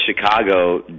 Chicago